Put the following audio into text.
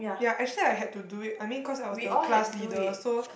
ya actually I had to do it I mean cause I was the class leader so